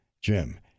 Jim